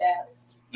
best